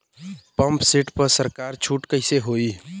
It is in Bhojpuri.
पंप सेट पर सरकार छूट कईसे होई?